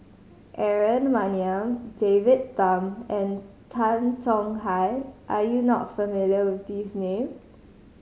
Aaron Maniam David Tham and Tan Tong Hye are you not familiar with these names